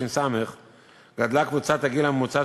תש"ן תש"ס גדלה קבוצה הגיל הממוצעת